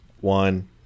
one